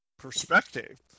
perspective